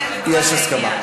יש הסכמה.